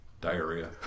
Diarrhea